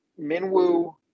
Minwoo